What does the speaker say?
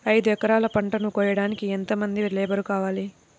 ఐదు ఎకరాల పంటను కోయడానికి యెంత మంది లేబరు కావాలి?